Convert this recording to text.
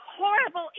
horrible